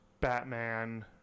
Batman